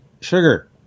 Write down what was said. sugar